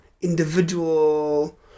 individual